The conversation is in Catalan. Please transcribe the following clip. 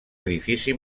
edifici